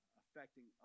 affecting